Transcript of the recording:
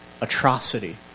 atrocity